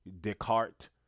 Descartes